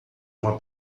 uma